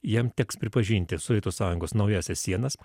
jiem teks pripažinti sovietų sąjungos naująsias sienas